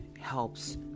helps